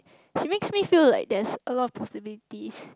she makes me feel like there's a lot of possibilities